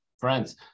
friends